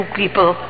people